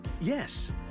Yes